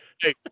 hey